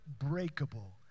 Unbreakable